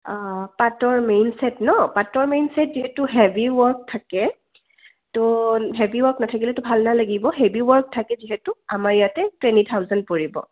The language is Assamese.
পাটৰ মেইন ছেট নহ্ পাটৰ মেইন ছেট যিহেতু হেভি ৱৰ্ক থাকে ত' হেভি ৱৰ্ক নাথাকিলেতো ভাল নালাগিব হেভি ৱৰ্ক থাকে যিহেতু আমাৰ ইয়াতে টুৱেণ্টি থাউজেণ্ড পৰিব